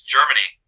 Germany